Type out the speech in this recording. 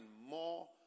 more